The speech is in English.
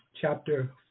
chapter